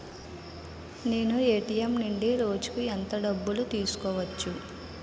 నేను ఎ.టి.ఎం నుండి రోజుకు ఎంత డబ్బు తీసుకోవచ్చు?